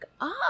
up